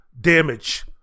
damage